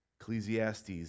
Ecclesiastes